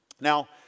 Now